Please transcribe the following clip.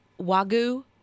Wagyu